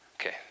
Okay